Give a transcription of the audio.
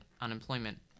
unemployment